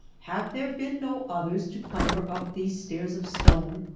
have there been no others to clamber up these stairs of stone?